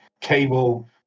cable